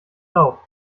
lauf